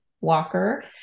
Walker